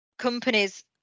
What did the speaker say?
companies